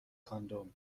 کاندوم